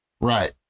Right